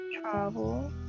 travel